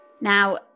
Now